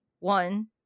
One